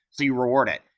so you reward it.